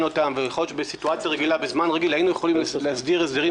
אותם ויכול להיות שבסיטואציה רגילה היינו יכולים להסדיר הסדרים